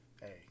hey